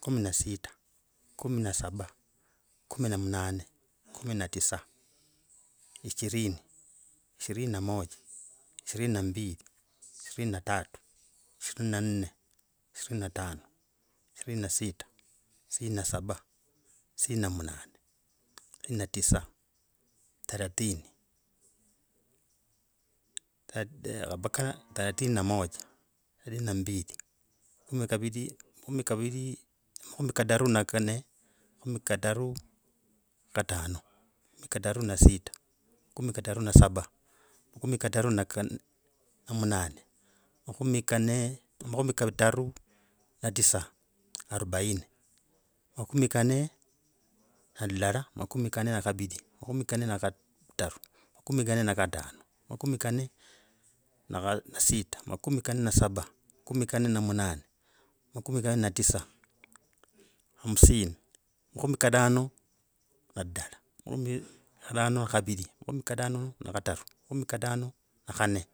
kumi na sita, kumi na saba, kumi na munane, kumi na tisa, ishirini, ishirini na moja, ishirini na mbili, ishirini na tatu, ishirini na nne, ishirini na tano, ishirini na sita, ishirini na saba, ishirini na munane, ishirini na tisa, thelathini, thelathini na moja, thelathini na mbili. Makhumi kaviri, makhumi kataru na kanne, makhumi kataru katano, kataru na sita, makhumi kataru na saba, makhumi kataru na munane, makhumi kataru na tisa, arubaine, makhumi kanne na lulala, makhumi kanne na kaviri, makhumi kanne na kataru, makhumi kanne na kane, makhumi kanne na katano, makhumi kanne na sita, makhumi kanne na saba, makhumi kanne na munane, makhumi kanne na tisa. Hamsini makhumi katano ne lidala, makhumi katano na khaviri, makhumi katano na khataru, makumi katano na khane.